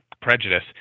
prejudice